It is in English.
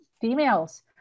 females